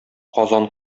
казан